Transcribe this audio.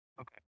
Okay